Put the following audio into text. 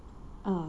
ah